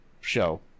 show